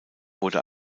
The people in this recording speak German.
wurde